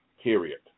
period